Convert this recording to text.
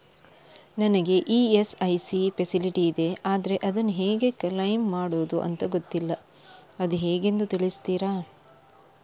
ನನಗೆ ESIC facility ಇದೆ ಆದ್ರೆ ಅದನ್ನು ಹೇಗೆ ಕ್ಲೇಮ್ ಮಾಡೋದು ಅಂತ ಗೊತ್ತಿಲ್ಲ ಅದು ಹೇಗೆಂದು ತಿಳಿಸ್ತೀರಾ?